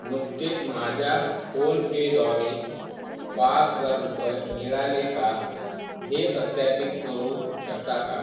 नुकतेच माझ्या फोनपेद्वारे पाच हजार रुपये मिळाले का हे सत्यापित करू शकता का